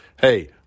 Hey